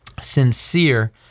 Sincere